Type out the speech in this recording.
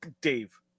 Dave